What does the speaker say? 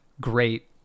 great